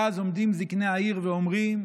ואז עומדים זקני העיר ואומרים: